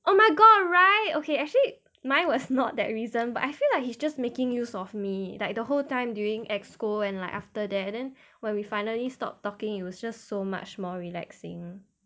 oh my god right okay actually mine was not that reason but I feel like he's just making use of me like the whole time during exco and like after that then when we finally stopped talking it was just so much more relaxing